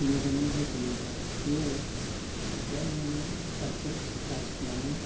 मोजाङै जोथोनै लाखियो दा माने बाइकखौ साफा सुनानै